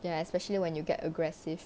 ya especially when you get aggressive